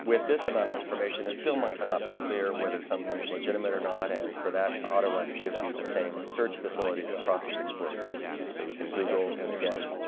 with this amount of information, it still might but not be clear whether something's legitimate or not and for that auto runs gives you the same search facility that process explorer gives you so you can google and again,